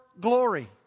glory